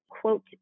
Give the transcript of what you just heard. quote